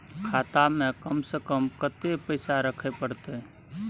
खाता में कम से कम कत्ते पैसा रखे परतै?